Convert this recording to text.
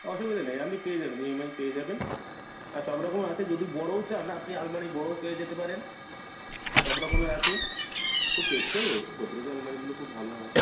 অসুবিধে নেই আপনি পেয়ে যাবেন ই এম আই পেয়ে যাবেন আর সব রকম আছে যদি বড়ও চান আপনি আলমারি বড়ও পেয়ে যেতে পারেন সব রকমের আছে খুব টেকসইও গোদরেজ আলমারিগুলো খুব ভালো হয়